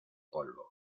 polvo